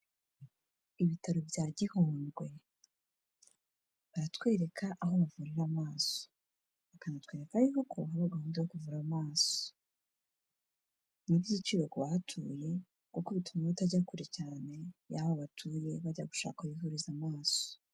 Ibitaro bya Gihundwe. Baratwereka aho bavurira amaso, bakanatwereka y'uko hari gahunda yo kuvura amaso. Ni iby'igiciro ku bahatuye kuko bituma batajya kure cyane y'aho batuye bajya gushaka aho bivuriza amaso.